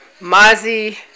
Mazi